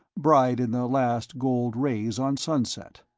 bright in the last gold rays on sunset.